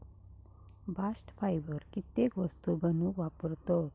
bast fibre कित्येक वस्तू बनवूक वापरतत